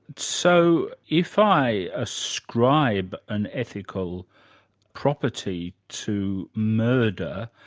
so, if i ascribe an ethical property to murder,